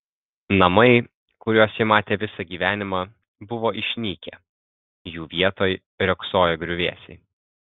namai kuriuos ji matė visą gyvenimą buvo išnykę jų vietoj riogsojo griuvėsiai